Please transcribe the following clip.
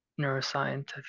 neuroscientific